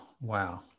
Wow